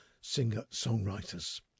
singer-songwriters